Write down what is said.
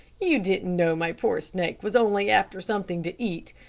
you didn't know my poor snake was only after something to eat.